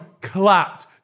clapped